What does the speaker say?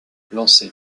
lancer